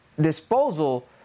disposal